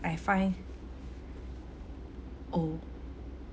I find oh